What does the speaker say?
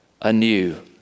anew